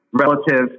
relative